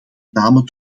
namen